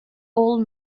all